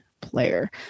player